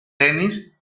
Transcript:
dennis